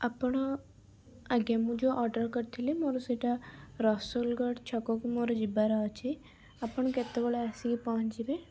ଆପଣ ଆଜ୍ଞା ମୁଁ ଯେଉଁ ଅର୍ଡ଼ର କରିଥିଲି ମୋର ସେଇଟା ରସୁଲଗଡ଼ ଛକକୁ ମୋର ଯିବାର ଅଛି ଆପଣ କେତେବେଳେ ଆସିକି ପହଁଚିବେ